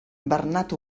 bernat